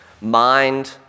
mind